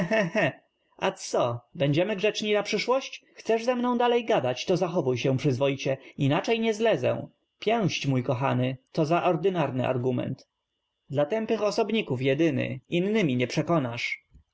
a co będziem y grzeczni na przyszłość chcesz ze m ną dalej gadać to zachow uj się przyzw oicie inaczej nie zlezę pięść mój kochany to za ord y n arn y a rg u m ent dla tępych osobników jedyny innymi nie przekonasz